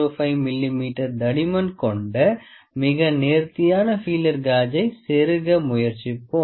05 மிமீ தடிமன் கொண்ட மிக நேர்த்தியான ஃபீலேர் காஜை செருக முயற்சிப்போம்